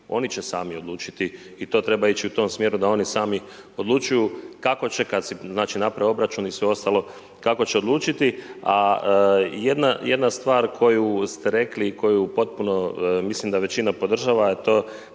oni će sami odlučiti i to treba ići u tom smjeru da oni sami odlučuju kako će odlučiti. A jedna stvar koju ste rekli i koju potpuno mislim da većina podržava to